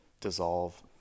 dissolve